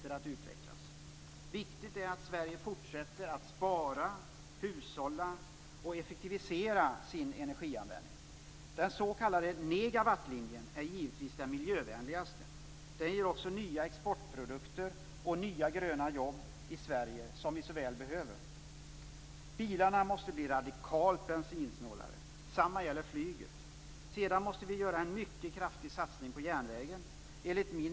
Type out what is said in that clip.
Nu har forskarna upptäckt att bottendöden har spridit sig, inte bara i djuphålorna i Gullmarsfjorden utan också på grundare vatten.